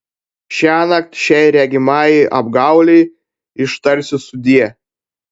šiąnakt šiai regimajai apgaulei ištarsiu sudie